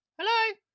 Hello